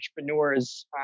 entrepreneurs